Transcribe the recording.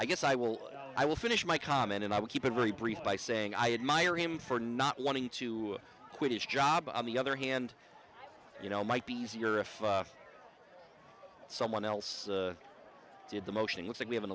i guess i will i will finish my comment and i will keep it very brief by saying i admire him for not wanting to quit his job on the other hand you know might be easier if someone else did the motion looks like we have an